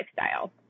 lifestyle